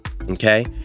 Okay